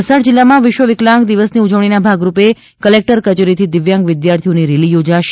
વલસાડ જિલ્લામાં વિશ્વ વિકસાંગ દિવસની ઉજવણીના ભાગરૂપે કલેક્ટર કચેરીથી દિવ્યાંગ વિદ્યાર્થીઓની રેલી યોજાશે